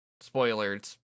Spoilers